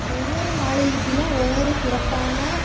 ஒவ்வொரு மாநிலத்திலும் ஒவ்வொரு சிறப்பான